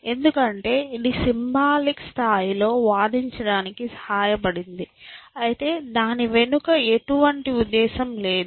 ఎందుకంటే ఇది సింబాలిక్ స్థాయిలో వాదించడానికి సహాయపడింది అయితే దాని వెనుక ఎటువంటి ఉద్దేశ్యం లేదు